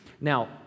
Now